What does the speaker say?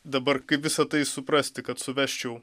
dabar kaip visa tai suprasti kad suvesčiau